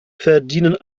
verdienen